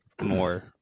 more